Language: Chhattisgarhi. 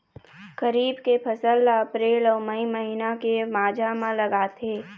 खरीफ के फसल ला अप्रैल अऊ मई महीना के माझा म लगाथे